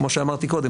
כמו שאמרתי קודם,